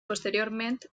posteriorment